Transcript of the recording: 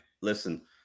listen